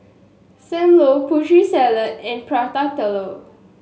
Sam Lau Putri Salad and Prata Telur